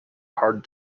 hard